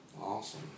Awesome